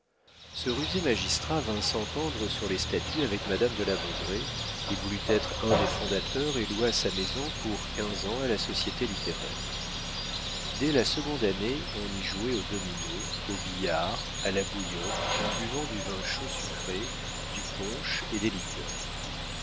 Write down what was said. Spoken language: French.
ce rusé magistrat vint s'entendre sur les statuts avec madame de la baudraye il voulut être un des fondateurs et loua sa maison pour quinze ans à la société littéraire dès la seconde année on y jouait aux dominos au billard à la bouillotte en buvant du vin chaud sucré du punch et des liqueurs